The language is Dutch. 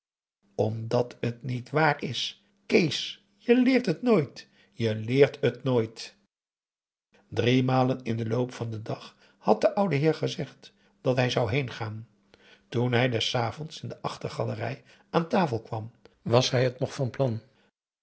omdat het niet waar is kees je leert het nooit je leert het nooit driemalen in den loop van den dag had de oude heer gezegd dat hij zou heengaan toen hij des avonds in de achtergalerij aan tafel kwam was hij het nog van plan